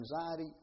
anxiety